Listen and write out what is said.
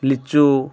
ଲିଚୁ